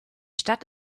stadt